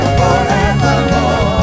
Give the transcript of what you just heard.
forevermore